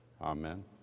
Amen